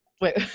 wait